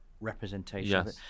representation